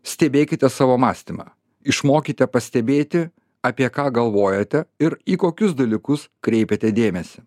stebėkite savo mąstymą išmokite pastebėti apie ką galvojate ir į kokius dalykus kreipiate dėmesį